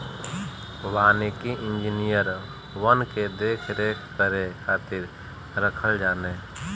वानिकी इंजिनियर वन के देख रेख करे खातिर रखल जाने